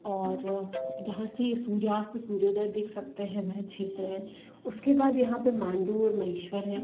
और जहाँ से सूर्यास्त सूर्योदय दिख सकते हैं वे क्षेत्र हैं उसके बाद यहाँ पर मांडू और महेश्वर हैं